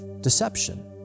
deception